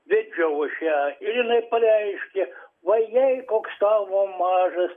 vedžiau aš ją ir jinai pareiškė vajei koks tavo mažas